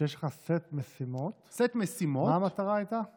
כשיש לך סט משימות, מה הייתה המטרה?